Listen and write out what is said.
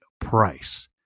price